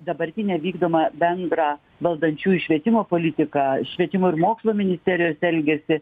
dabartinę vykdomą bendrą valdančiųjų švietimo politiką švietimo ir mokslo ministerijos elgesį